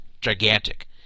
gigantic